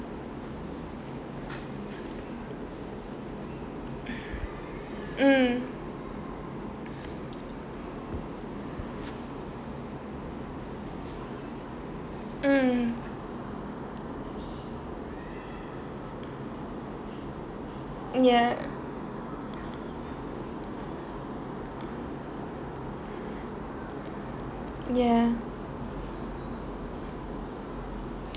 mm mm ya ya